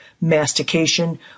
mastication